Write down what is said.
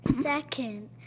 Second